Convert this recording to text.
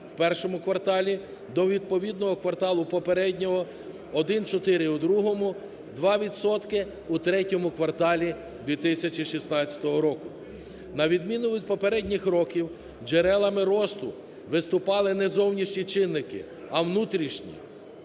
в І кварталі до відповідного кварталу попереднього, 1,4 – у ІІ-му, 2 відсотки – у ІІІ кварталі 2016 року. На відміну від попередніх років джерелами росту виступали не зовнішні чинники, а внутрішні,